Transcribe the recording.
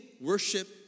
worship